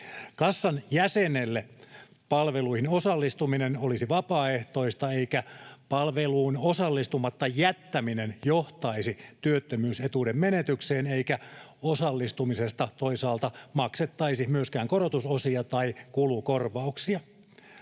Kassan jäsenelle palveluihin osallistuminen olisi vapaaehtoista, eikä palveluun osallistumatta jättäminen johtaisi työttömyysetuuden menetykseen eikä osallistumisesta toisaalta maksettaisi myöskään korotusosia tai kulukorvauksia.